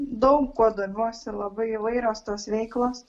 daug kuo domiuosi labai įvairios tos veiklos